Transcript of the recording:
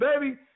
baby